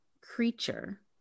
creature